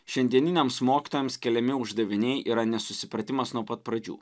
šiandieniniams mokytojams keliami uždaviniai yra nesusipratimas nuo pat pradžių